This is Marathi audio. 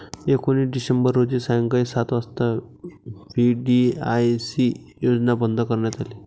एकोणीस डिसेंबर रोजी सायंकाळी सात वाजता व्ही.डी.आय.सी योजना बंद करण्यात आली